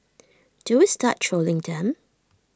do we start trolling them